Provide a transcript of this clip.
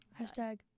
Hashtag